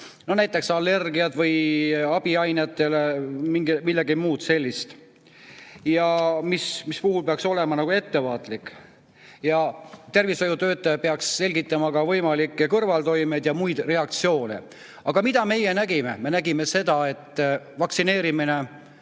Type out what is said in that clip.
no näiteks allergiad abiainete vastu või midagi muud sellist, mille puhul peaks olema ettevaatlik. Tervishoiutöötaja peaks selgitama ka võimalikke kõrvaltoimeid ja muid reaktsioone. Aga mida meie nägime? Me nägime seda, et vaktsineerimine